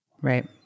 right